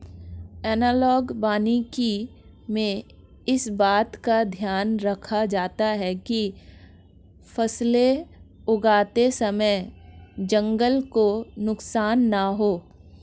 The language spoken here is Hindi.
एनालॉग वानिकी में इस बात का ध्यान रखा जाता है कि फसलें उगाते समय जंगल को नुकसान ना हो